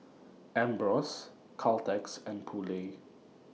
Ambros Caltex and Poulet